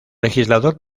legislador